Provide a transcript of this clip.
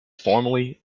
formerly